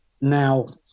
now